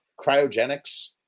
cryogenics